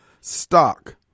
stock